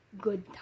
good